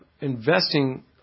investing